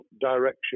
direction